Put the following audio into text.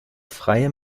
freie